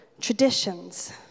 traditions